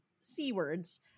C-words